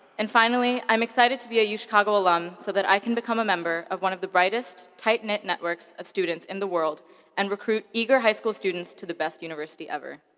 and finally, i'm excited to be a yeah uchicago alum so that i can become a member of one of the brightest tight knit networks of students in the world and recruit eager high school students to the best university ever.